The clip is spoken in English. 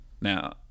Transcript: Now